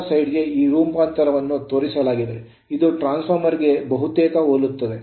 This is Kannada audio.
ರೋಟರ್ ಸೈಡ್ ಗೆ ಈ ರೂಪಾಂತರವನ್ನು ತೋರಿಸಲಾಗಿದೆ ಇದು ಟ್ರಾನ್ಸ್ ಫಾರ್ಮರ್ ಗೆ ಬಹುತೇಕ ಹೋಲುತ್ತದೆ